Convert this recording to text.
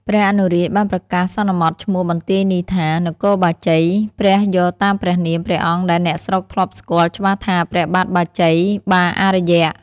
ព្រះអនុរាជបានប្រកាសសន្មតឈ្មោះបន្ទាយនេះ ថា នគរបាជ័យព្រះយកតាមព្រះនាមព្រះអង្គដែលអ្នកស្រុកធ្លាប់ស្គាល់ច្បាស់ថាព្រះបាទបាជ័យបាអារ្យ ។